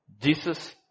Jesus